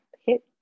hit